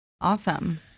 Awesome